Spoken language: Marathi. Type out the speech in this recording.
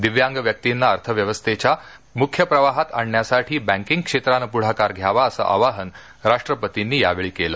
दिव्यांग व्यक्तींना अर्थव्यवस्थेच्या मुख्य प्रवाहात आणण्यासाठी बँकीग क्षेत्रानं पुढाकार घ्यावा असं आवाहन राष्ट्रपतीनी यावेळी केलं